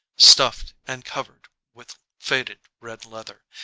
stuffed, and covered with faded red leather,